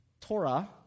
Torah